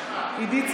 אינו